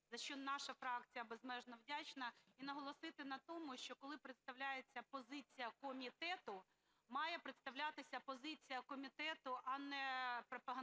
за що наша фракція безмежно вдячна. І наголосити на тому, що коли представляється позиція комітету, має представлятися позиція комітету, а не пропагандистська